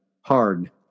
hard